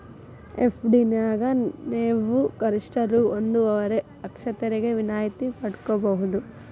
FD ನ್ಯಾಗ ನೇವು ಗರಿಷ್ಠ ರೂ ಒಂದುವರೆ ಲಕ್ಷ ತೆರಿಗೆ ವಿನಾಯಿತಿ ಪಡ್ಕೊಬಹುದು